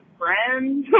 friends